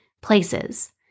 Places